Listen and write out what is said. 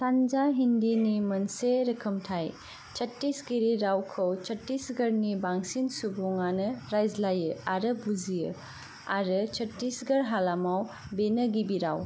सानजा हिन्दिनि मोनसे रोखोमथाय छत्तीसगढ़ी रावखौ छत्तीसगढ़नि बांसिन सुबुङानो रायज्लायो आरो बुजियो आरो छत्तीसगढ़ हालामाव बेनो गिबि राव